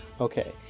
Okay